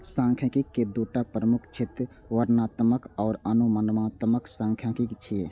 सांख्यिकी के दूटा प्रमुख क्षेत्र वर्णनात्मक आ अनुमानात्मक सांख्यिकी छियै